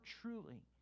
truly